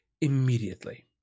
immediately